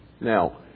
Now